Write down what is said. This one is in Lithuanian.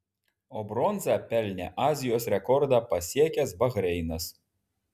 o bronzą pelnė azijos rekordą pasiekęs bahreinas